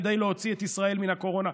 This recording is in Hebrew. כדי להוציא את ישראל מהקורונה.